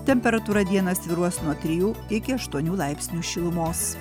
temperatūra dieną svyruos nuo trijų iki aštuonių laipsnių šilumos